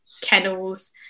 kennels